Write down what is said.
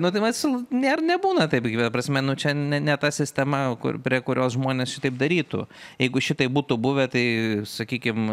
nu tai vat ir nebūna taip ta prasme čia ne ne ta sistema kur prie kurios žmonės šitaip darytų jeigu šitaip būtų buvę tai sakykim